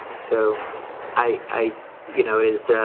so i i you know, it is ah,